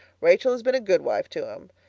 rachel has been a good wife to him.